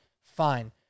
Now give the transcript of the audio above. Fine